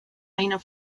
manor